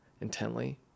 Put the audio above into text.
intently